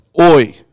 oi